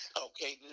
Okay